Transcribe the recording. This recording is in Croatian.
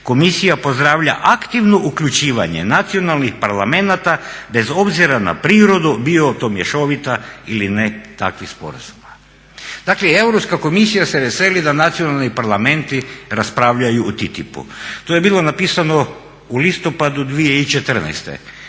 Komisija pozdravlja aktivno uključivanje nacionalnih parlamenata bez obzira na prirodu bilo to mješovito ili ne takvih sporazuma." Dakle i Europska komisija se veseli da nacionalni parlamenti raspravljaju o TTIP-u. To je bilo napisano u listopadu 2014.